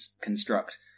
construct